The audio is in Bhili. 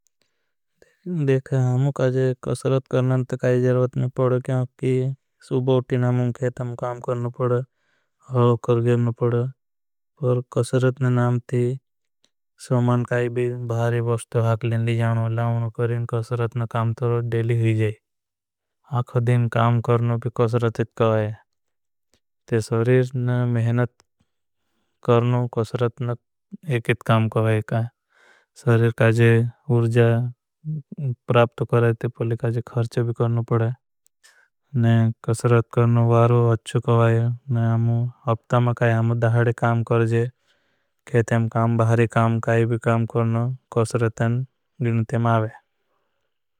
देखू हम ही कशरत करना काई जारवत नहीं पड़ा। सुभोटी नामां केतम काम करना पड़ा कर गरना पड़ा। कशरतना नाम ती सोमान काई भी बहारे वस्तो हाक। लेन ले जाना परें कशरतना काम तो रोज डेली हुई जई। दिन काम करनो भी कशरतित कवाई सोरीरना मेहनत। करनो कशरतना एकित काम कवाई। का जे उर्जा प्राप्त करें ते पुले का जे। खर्चो भी करनो पड़ा कशरत करनो वारो अच्छो कवाई। में काम करें जे खेतें काम बहरें काम काई भी काम। करनो कशरतन गिनतें आवे।